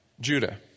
Judah